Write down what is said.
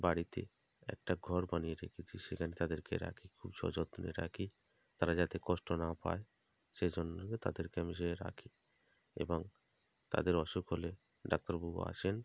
বাড়িতে একটা ঘর বানিয়ে রেখেছি সেখানে তাদেরকে রাখি খুব সযত্নে রাখি তারা যাতে কষ্ট না পায় সেজন্য তাদেরকে আমি যেয়ে রাখি এবং তাদের অসুখ হলে ডাক্তারবাবু আসেন